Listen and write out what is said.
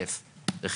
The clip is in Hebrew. ראשית,